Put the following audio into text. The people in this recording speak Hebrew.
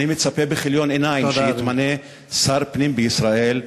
אני מצפה בכיליון עיניים שיתמנה שר פנים בישראל,